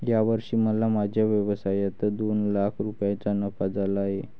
या वर्षी मला माझ्या व्यवसायात दोन लाख रुपयांचा नफा झाला आहे